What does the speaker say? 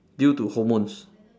due to hormones